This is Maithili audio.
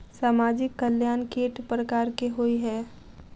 सामाजिक कल्याण केट प्रकार केँ होइ है?